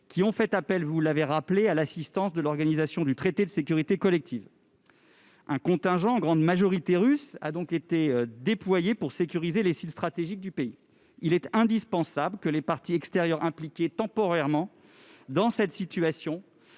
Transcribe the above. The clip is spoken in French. qui ont fait appel, vous l'avez souligné, à l'assistance de l'Organisation du traité de sécurité collective. Un contingent, en grande majorité russe, a donc été déployé dans le pays pour en sécuriser les sites stratégiques. Il est indispensable que les parties extérieures impliquées temporairement dans cette situation